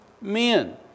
men